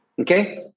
okay